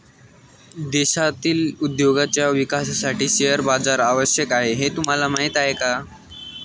देशातील उद्योगांच्या विकासासाठी शेअर बाजार आवश्यक आहे हे तुम्हाला माहीत आहे का?